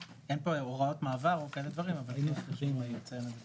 אין פה הוראות מעבר או כאלה דברים אבל אם יהיו נציין את זה.